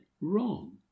wrong